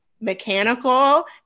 mechanical